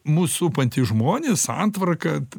mus supantys žmonės santvarka